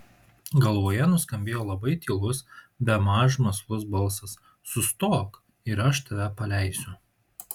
galvoje nuskambėjo labai tylus bemaž mąslus balsas sustok ir aš tave paleisiu